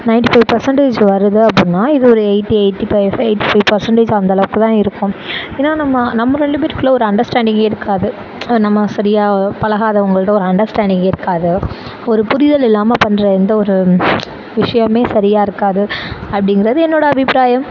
ninety five percentage வருது அப்புன்னா இது ஒரு eighty eighty five five eighty five percentage அந்தளவுக்கு தான் இருக்கும் ஏன்னா நம்ம நம்ம ரெண்டு பேருக்கு உள்ள ஒரு அண்டர்ஸ்டாண்டிங்கே இருக்காது நம்ம சரியாக பழகாதவங்கள்கிட்ட ஒரு அண்டர்ஸ்டாண்டிங் இருக்காது ஒரு புரிதல் இல்லாம பண்ணுற எந்த ஒரு ஒரு விஷியமுமே சரியாக இருக்காது அப்படிங்கிறது என்னோட அபிப்பிராயம்